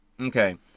Okay